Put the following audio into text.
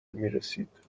میرسید